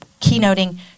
keynoting